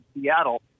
Seattle